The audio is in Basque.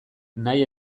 nahi